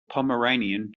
pomeranian